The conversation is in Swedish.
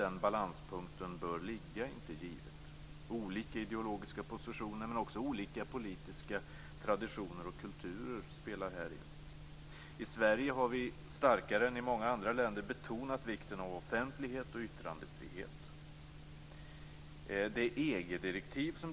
Det betänkande som nu finns framför oss är ett bra betänkande på de flesta områden. Centerpartiets initiativ har blivit positivt hanterat. I betänkandet tillstyrks den inriktning som anges i Centerpartiets förslag i motionerna.